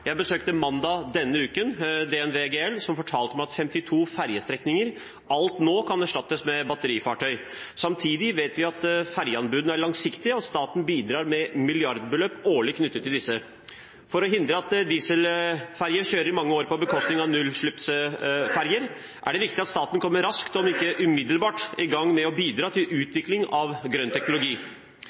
Jeg besøkte på mandag denne uken DNV GL, som er Det Norske Veritas, som fortalte meg at 52 fergestrekninger allerede nå kan erstattes med batterifartøy. Samtidig vet vi at fergeanbudene er langsiktige, og at staten bidrar med milliardbeløp årlig knyttet til disse. For å hindre at dieselferger kjører i mange år på bekostning av nullutslippsferger, er det viktig at staten kommer raskt – om ikke umiddelbart – i gang med å bidra til utvikling av grønn